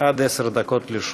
עד עשר דקות לרשותך.